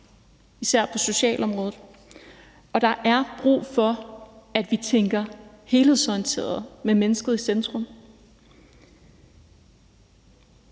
især på socialområdet, og der er brug for, at vi tænker helhedsorienteret med mennesket i centrum.